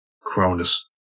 Cronus